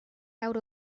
out